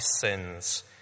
sins